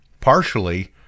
partially